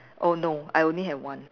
oh no I only have one